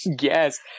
Yes